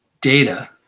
data